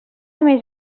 més